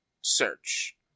search